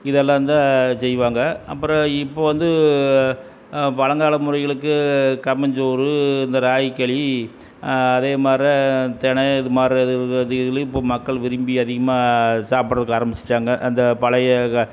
இதெல்லாம் தான் செய்வாங்க அப்புறம் இப்போது வந்து பழங்கால முறைகளுக்கு கம்மஞ்சோறு இந்த ராகிக்களி அதே மாரி தினை இது மாதிரி இது இதுலையும் இப்போது மக்கள் விரும்பி அதிகமாக சாப்பிடுறக்கு ஆரமிச்சுட்டாங்க அந்த பழைய க